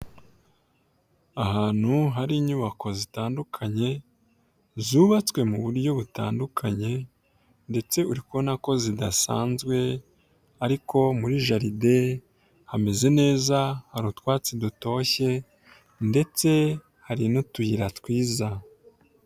Ahantu hari inyubako zitandukanye, zubatswe mu buryo butandukanye ndetse uri kubona ko zidasanzwe ariko muri jaride hameze neza, hari utwatsi dutoshye ndetse hari n'utuyira twiza.